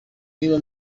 niba